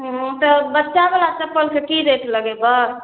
हूँ तऽ बच्चावला चप्पलके की रेट लगेबै